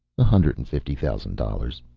a hundred and fifty thousand dollars,